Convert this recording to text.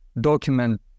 document